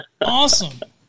Awesome